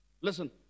Listen